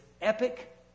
epic